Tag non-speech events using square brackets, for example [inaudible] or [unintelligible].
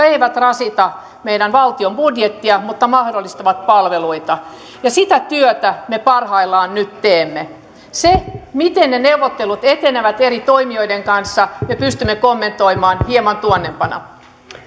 [unintelligible] eivät rasita meidän valtion budjettia mutta mahdollistavat palveluita ja sitä työtä me parhaillaan nyt teemme sitä miten ne neuvottelut etenevät eri toimijoiden kanssa pystymme kommentoimaan hieman tuonnempana